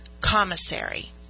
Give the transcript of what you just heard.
commissary